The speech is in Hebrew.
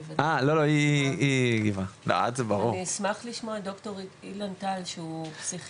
אני אשמח לשמוע את ד"ר אילן טל שהוא פסיכיאטר,